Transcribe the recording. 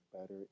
better